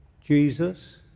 Jesus